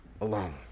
alone